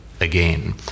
again